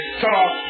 talk